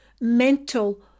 mental